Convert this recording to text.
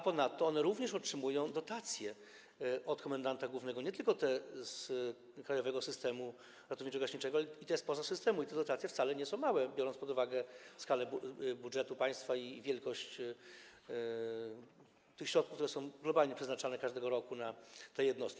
Ponadto one również otrzymują dotacje od komendanta głównego - nie tylko te z krajowego systemu ratowniczo-gaśniczego, ale i te spoza systemu - i te dotacje wcale nie są małe, biorąc pod uwagę skalę budżetu państwa i wielkość tych środków, które globalnie każdego roku są przeznaczane na te jednostki.